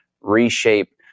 reshape